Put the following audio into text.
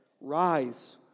rise